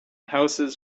houses